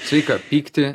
sveika pykti